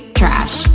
trash